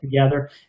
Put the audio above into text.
together